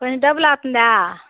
కొంచెం డబ్బులు అవుతుందా